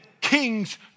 King's